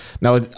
now